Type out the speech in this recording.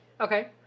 Okay